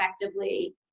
effectively